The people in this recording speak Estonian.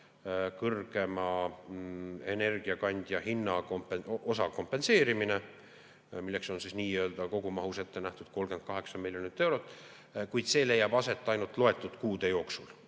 kõrgema hinna osa kompenseerimine, milleks on nii‑öelda kogumahus ette nähtud 38 miljonit eurot, kuid see leiab aset ainult loetud kuude jooksul.